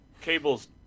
Cable's